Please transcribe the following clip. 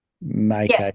make